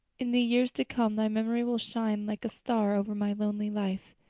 in the years to come thy memory will shine like a star over my lonely life,